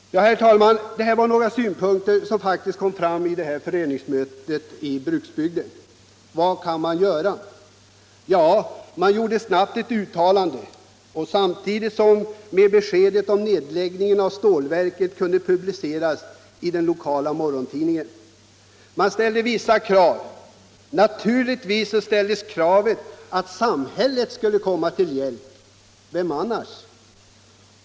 Herr talman! Det här var några synpunkter som faktiskt kom fram vid föreningsmötet i bruksbygden. Vad kunde man göra? Ja, man gjorde snabbt ett uttalande som kunde publiceras i den lokala morgontidningen samtidigt med beskedet om nedläggning av stålverket. Man ställde vissa krav. Naturligtvis ställdes kravet att samhället skulle komma till hjälp. Vem annars?